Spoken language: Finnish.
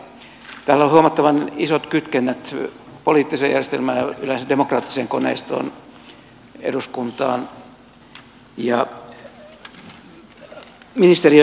tällä on huomattavan isot kytkennät poliittiseen järjestelmään ja yleensä demokraattiseen koneistoon eduskuntaan ja ministeriöihin